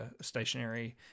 stationary